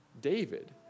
David